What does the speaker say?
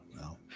no